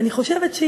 אני חושבת,